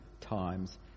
times